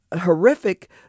horrific